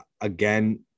Again